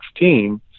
2016